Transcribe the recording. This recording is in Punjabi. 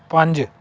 ਪੰਜ